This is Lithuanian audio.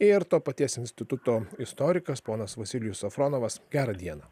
ir to paties instituto istorikas ponas vasilijus safronovas gerą dieną